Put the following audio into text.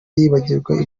yibagirwa